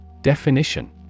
Definition